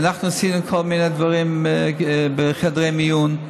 אנחנו עשינו כל מיני דברים בחדרי מיון.